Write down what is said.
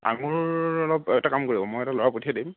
আঙুৰ অলপ এটা কাম কৰিব মই এটা ল'ৰা পঠিয়াই দিম